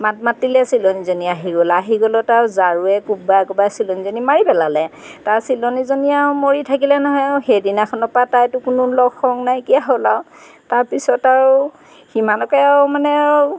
মাত মাতিলে চিলনীজনী আহি গ'ল আহি গ'লত আৰু ঝাৰুৰে কোবাই কোবাই চিলনীজনী মাৰি পেলালে তাৰপৰা চিলনিজনী আৰু মৰি থাকিলে নহয় আৰু সেইদিনাখনৰ পৰা তাইতো কোনো লগ সংগ নাইকিয়া হ'ল আৰু তাৰপিছত আৰু সিমানকে আৰু মানে আৰু